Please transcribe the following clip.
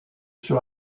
sur